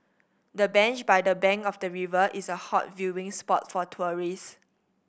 the bench by the bank of the river is a hot viewing spot for tourist